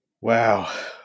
Wow